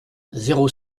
zéro